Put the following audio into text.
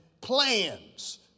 plans